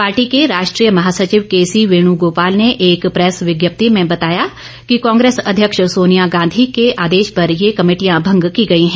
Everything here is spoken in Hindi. पार्टी के राष्ट्रीय महासचिव केसी वेणुगोपाल ने एक प्रैस विज्ञप्ति ने बताया कि कांग्रेस अध्यक्ष सोनिया गांधी के आदेश पर ये कमेटियां भंग की गई हैं